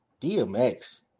DMX